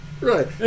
Right